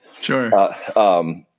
Sure